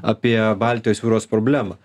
apie baltijos jūros problemą